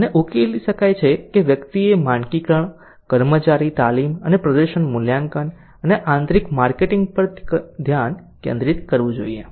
અને ઉકેલો એ છે કે વ્યક્તિએ માનકીકરણ કર્મચારી તાલીમ પ્રદર્શન મૂલ્યાંકન અને આંતરિક માર્કેટિંગ પર ધ્યાન કેન્દ્રિત કરવું જોઈએ